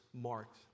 marked